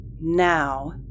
now